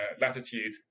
latitude